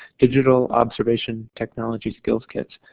digital observation technology skills kits,